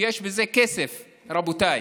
ויש בזה כסף, רבותיי.